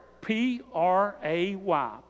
P-R-A-Y